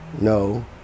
no